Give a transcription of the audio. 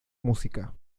música